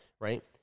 Right